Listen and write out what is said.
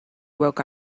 woke